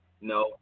No